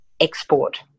export